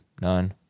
None